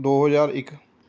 ਦੋ ਹਜ਼ਾਰ ਇੱਕ